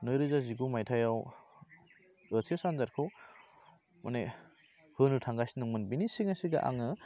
नैरोजा जिगु मायथाइयाव ओइस एस आनजादखौ माने होनो थांगासिनो दंमोन बेनि सिगां सिगां आङो